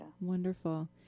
Wonderful